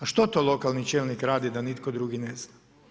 A što to lokalni čelnik radi da nitko drugi ne zna?